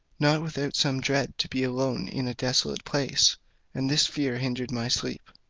not without some dread to be alone in a desolate place and this fear hindered my sleep.